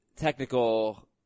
technical